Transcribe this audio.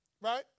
Right